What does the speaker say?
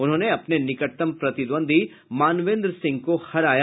उन्होंने अपने निकटतम प्रतिद्वंद्वी मानवेन्द्र सिंह को हराया